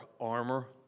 armor